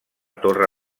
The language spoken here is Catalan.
torre